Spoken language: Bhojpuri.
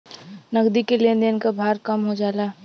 नगदी के लेन देन क भार कम हो जाला